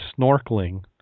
snorkeling